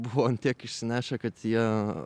buvo ant tiek išsinešę kad jie